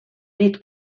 dit